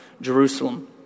Jerusalem